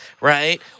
right